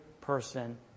person